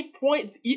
points